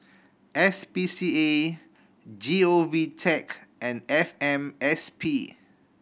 S P C A G O V Tech and F M S P